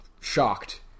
shocked